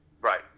right